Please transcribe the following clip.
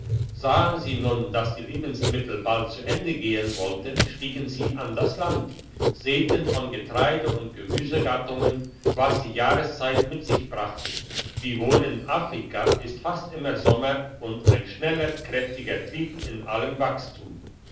sahen sie nun dass die lebensmittel bald zu ende gehen wollten stiegen sie an das land säten von getreide und gemüsegattungen was die jahreszeit mit sich brachte wiewohl in afrika ist fast immer sommer und ein schneller kräftiger trieb in allem wachstum